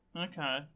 Okay